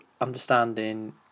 understanding